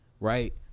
right